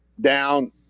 down